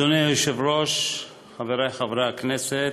אדוני היושב-ראש, חברי חברי הכנסת,